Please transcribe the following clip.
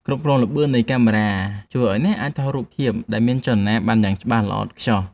គ្រប់គ្រងល្បឿននៃកាមេរ៉ាជួយឱ្យអ្នកអាចថតរូបភាពដែលមានចលនាបានយ៉ាងច្បាស់ល្អឥតខ្ចោះ។